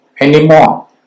anymore